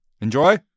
Enjoy